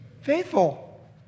faithful